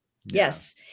yes